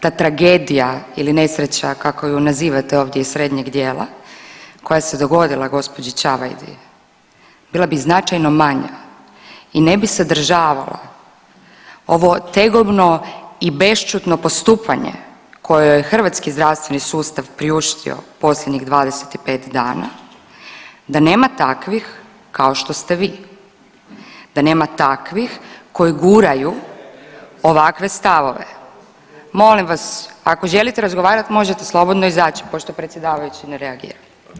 Da tragedija ili nesreća, kako ju nazivate ovdje iz srednjeg dijela koja se dogodila gđi. Čavajdi bila bi značajno manja i ne bi sadržavala ovo tegovno i bešćutno postupanje kojoj je hrvatski zdravstveni sustav priuštio posljednjih 25 dana, da nema takvih kao što ste vi, da nema takvih koji guraju ovakve stavove. ... [[Upadica se ne čuje.]] Molim vas ako želite razgovarati, možete slobodno izaći pošto predsjedavajući ne reagira.